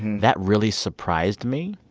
that really surprised me.